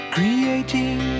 Creating